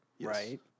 Right